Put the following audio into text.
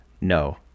No